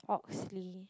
Oxley